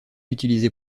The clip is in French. utilisé